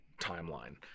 timeline